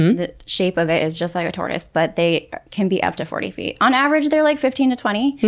the shape of it is just like a tortoise, but they can be up to forty feet. on average they're like fifteen to twenty.